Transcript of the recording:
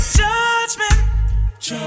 judgment